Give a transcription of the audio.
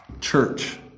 Church